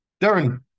Darren